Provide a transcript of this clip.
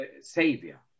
Savior